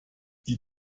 die